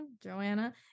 Joanna